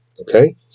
Okay